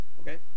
Okay